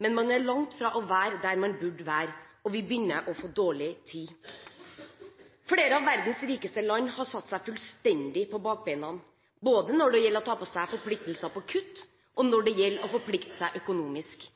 Men man er langt fra å være der man burde være, og vi begynner å få dårlig tid. Flere av verdens rikeste land har satt seg fullstendig på bakbena, både når det gjelder å ta på seg forpliktelser om kutt, og når det gjelder å forplikte seg økonomisk.